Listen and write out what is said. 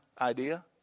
idea